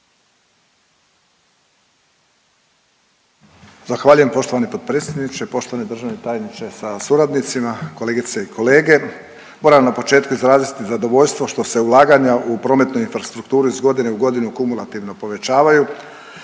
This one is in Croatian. Zahvaljujem poštovani potpredsjedniče, poštovani državni tajniče sa suradnicima, kolegice i kolege. Moram na početku izraziti zadovoljstvo što se ulaganja u prometnu infrastrukturu iz godine u godinu kumulativno povećavaju.